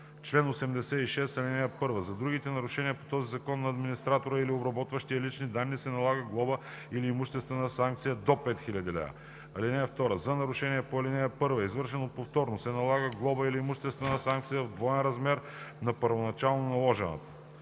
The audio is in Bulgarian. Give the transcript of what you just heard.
Чл. 86. (1) За други нарушения по този закон на администратор или обработващ лични данни се налага глоба или имуществена санкция до 5000 лв. (2) За нарушение по ал. 1, извършено повторно, се налага глоба или имуществена санкция в двоен размер на първоначално наложената.